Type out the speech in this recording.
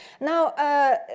Now